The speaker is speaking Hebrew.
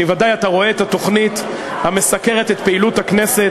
ודאי אתה רואה את התוכנית המסקרת את פעילות הכנסת,